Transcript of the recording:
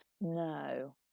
no